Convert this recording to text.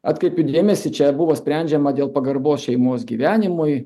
atkreipiu dėmesį čia buvo sprendžiama dėl pagarbos šeimos gyvenimui